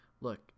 look